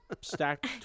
stacked